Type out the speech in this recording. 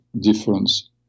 difference